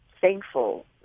thankful